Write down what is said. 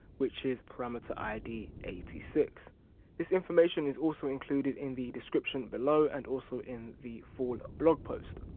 which is parameter id eighty six this information is also included in the description below and also in the full blog post.